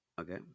Okay